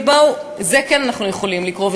את זה אנחנו כן יכולים לקרוא,